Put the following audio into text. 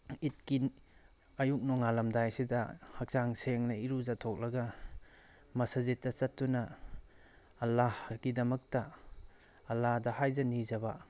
ꯏꯠꯀꯤ ꯑꯌꯨꯛ ꯅꯣꯡꯉꯥꯜꯂꯝꯗꯥꯏꯁꯤꯗ ꯍꯛꯆꯥꯡ ꯁꯦꯡꯅ ꯏꯔꯨꯖꯊꯣꯛꯂꯒ ꯃꯁꯖꯤꯠꯇ ꯆꯠꯇꯨꯅ ꯑꯂꯥꯒꯤꯗꯃꯛꯇ ꯑꯂꯥꯗ ꯍꯥꯏꯖ ꯅꯤꯖꯕ